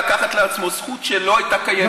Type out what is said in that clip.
לקחת לעצמו זכות שלא הייתה קיימת.